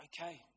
okay